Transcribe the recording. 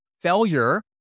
failure